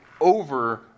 over